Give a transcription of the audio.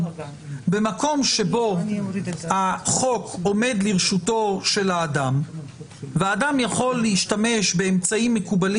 במקום שבו החוק עומד לרשותו של אדם ואדם יכול להשתמש באמצעים מקובלים